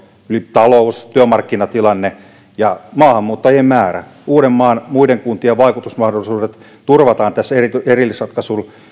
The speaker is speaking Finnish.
talous työmarkkinatilanne ja maahanmuuttajien määrä uudenmaan muiden kuntien vaikutusmahdollisuudet turvataan tässä erillisratkaisussa